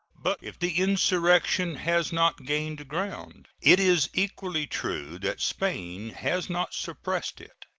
but if the insurrection has not gained ground, it is equally true that spain has not suppressed it.